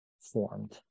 formed